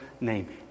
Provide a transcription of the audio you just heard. name